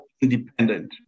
independent